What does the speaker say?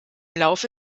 laufe